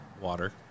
Water